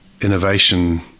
innovation